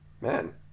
man